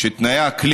שתנאי האקלים